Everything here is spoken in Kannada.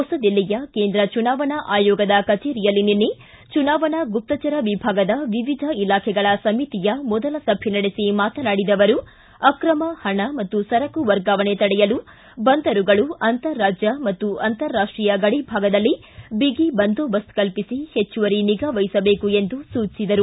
ಹೊಸದಿಲ್ಲಿಯ ಕೇಂದ್ರ ಚುನಾವಣಾ ಆಯೋಗದ ಕಚೇರಿಯಲ್ಲಿ ನಿನ್ನೆ ಚುನಾವಣಾ ಗುಪ್ತಚರ ವಿಭಾಗದ ವಿವಿಧ ಇಲಾಖೆಗಳ ಸಮಿತಿಯ ಮೊದಲ ಸಭೆ ನಡೆಸಿ ಮಾತನಾಡಿದ ಅವರು ಅಕ್ರಮ ಹಣ ಮತ್ತು ಸರಕು ವರ್ಗಾವಣೆ ತಡೆಯಲು ಬಂದರುಗಳು ಅಂತಾರಾಜ್ಯ ಮತ್ತು ಅಂತಾರಾಷ್ಟೀಯ ಗಡಿಭಾಗದಲ್ಲಿ ಬಿಗಿ ಬಂದೋಬಸ್ತ್ ಕಲ್ಪಿಸಿ ಹೆಚ್ಚುವರಿ ನಿಗಾ ವಹಿಸಬೇಕು ಎಂದು ಸೂಚಿಸಿದರು